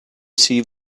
see